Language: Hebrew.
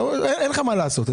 אין לך מה לעשות,